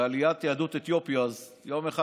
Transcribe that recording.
בעליית יהדות אתיופיה, אז יום אחד